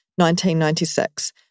1996